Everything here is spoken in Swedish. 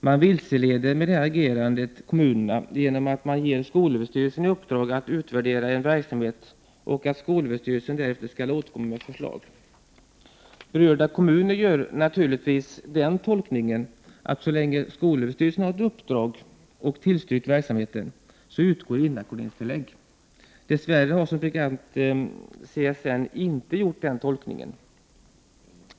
Man vilseleder, med det här agerandet, kommunerna genom att man ger skolöverstyrelsen i uppdrag att utvärdera en verksamhet för att därefter låta skolöverstyrelsen återkomma med förslag. De berörda kommunerna gör naturligtvis den tolkningen att så länge skolöverstyrelsen har ett uppdrag och tillstyrkt verksamheten utgår inackorderingstillägg. Dess värre har som bekant CSN inte gjort den tolkningen.